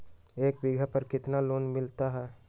एक बीघा पर कितना लोन मिलता है?